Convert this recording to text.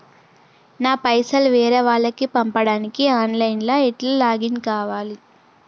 నా పైసల్ వేరే వాళ్లకి పంపడానికి ఆన్ లైన్ లా ఎట్ల లాగిన్ కావాలి?